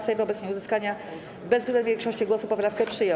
Sejm wobec nieuzyskania bezwzględnej większości głosów poprawkę przyjął.